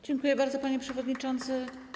Dziękuję bardzo, panie przewodniczący.